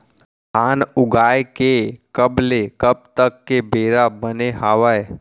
धान उगाए के कब ले कब तक के बेरा बने हावय?